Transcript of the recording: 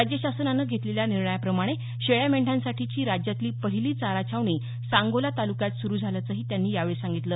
राज्य शासनानं घेतलेल्या निर्णयाप्रमाणं शेळ्या मेंढ्यांसाठीची राज्यातली पहिली चारा छावणी सांगोला तालुक्यात सुरू झाल्याचंही त्यांनी यावेळी सांगितलं